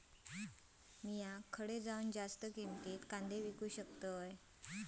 खडे मी जास्त किमतीत कांदे विकू शकतय?